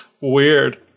Weird